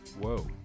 Whoa